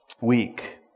weak